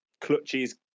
clutches